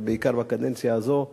אבל בעיקר בקדנציה הזאת,